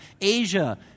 Asia